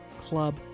club